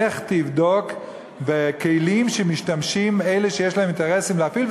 לך תבדוק בכלים שמשתמשים בהם אלה שיש להם אינטרסים להפיל,